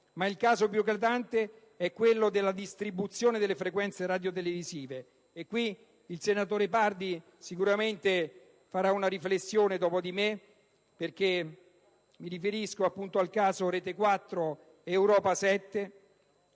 Ma il caso più eclatante è quello della distribuzione delle frequenze radiotelevisive, e sul punto il senatore Pardi sicuramente farà una riflessione dopo di me. Mi riferisco al caso di Rete 4 ed Europa 7.